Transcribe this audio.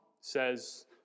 says